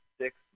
six